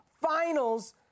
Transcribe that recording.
finals